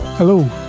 Hello